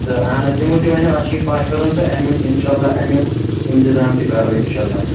تہٕ اَہَن حظ تِمو تہِ ونیٛاو اَسہِ چھُ یہِ پَش کَرُن تہٕ امیُک اِنشااللہ امیُک اِنتظام تہِ کٔرِو اِنشااللہ